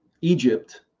Egypt